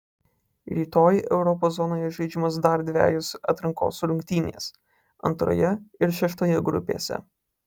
rytoj europos zonoje žaidžiamos dar dvejos atrankos rungtynės antroje ir šeštoje grupėse